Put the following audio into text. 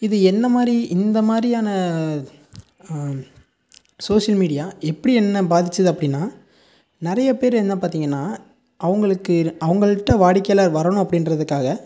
இது என்ன மாதிரி இந்த மாதிரியான சோஷியல் மீடியா எப்படி என்ன பாதிச்சது அப்படினா நிறைய பேர் என்ன பார்த்திங்கனா அவங்களுக்கு அவங்கள்ட்ட வாடிக்கையாளர் வரணும் அப்படின்றதுக்காக